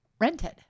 rented